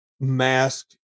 mask